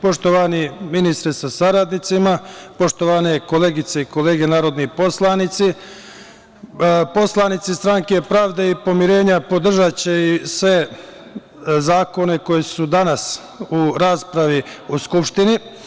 Poštovani ministre sa saradnicima, poštovane koleginice i kolege narodni poslanici, poslanici Stranke pravde i pomirenja podržaće sve zakone koji su danas u raspravi u Skupštini.